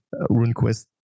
RuneQuest